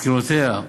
מסקנותיה,